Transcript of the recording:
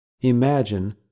Imagine